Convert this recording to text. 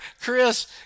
Chris